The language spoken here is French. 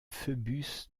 phœbus